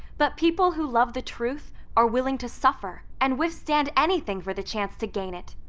but people who love the truth are willing to suffer and withstand anything for the chance to gain it.